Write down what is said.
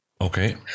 Okay